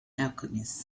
alchemist